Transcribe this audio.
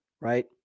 Right